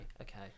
okay